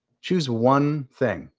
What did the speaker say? choose one thing.